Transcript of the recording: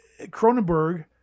Cronenberg